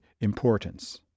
importance